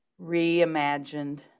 reimagined